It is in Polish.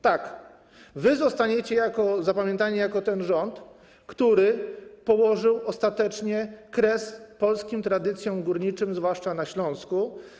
Tak, wy zostaniecie zapamiętani jako ten rząd, który położył ostatecznie kres polskim tradycjom górniczym, zwłaszcza na Śląsku.